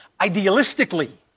idealistically